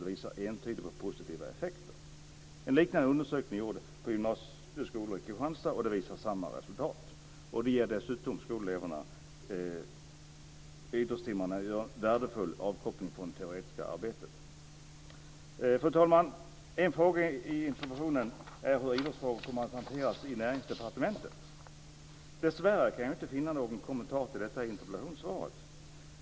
Den visade entydigt på positiva effekter. En liknande undersökning har gjorts på gymnasieskolor i Kristianstad och den visar samma resultat. Dessutom anger skoleleverna att idrottstimmarna utgör en värdefull avkoppling från det teoretiska arbetet. Fru talman! En fråga i interpellationen är hur idrottsfrågor kommer att hanteras i Näringsdepartementet. Dessvärre kan jag inte finna någon kommentar till detta i interpellationssvaret.